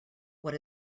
what